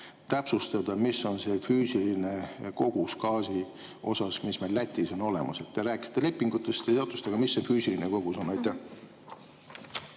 täpsustada, mis on see füüsiline kogus gaasi, mis meil Lätis on olemas? Te rääkisite lepingutest, aga täpsustage, mis see füüsiline kogus on? Aitäh,